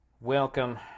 welcome